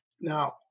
Now